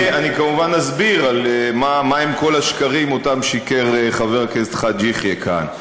אני כמובן אסביר מהם כל השקרים ששיקר חבר הכנסת חאג' יחיא כאן,